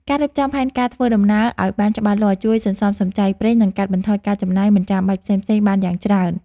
ការរៀបចំផែនការធ្វើដំណើរឱ្យបានច្បាស់លាស់ជួយសន្សំសំចៃប្រេង និងកាត់បន្ថយការចំណាយមិនចាំបាច់ផ្សេងៗបានយ៉ាងច្រើន។